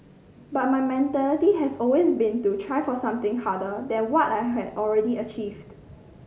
but my mentality has always been to try for something harder than what I had already achieved